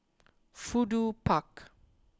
Fudu Park